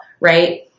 right